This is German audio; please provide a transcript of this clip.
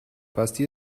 basti